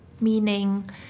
meaning